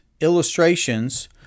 illustrations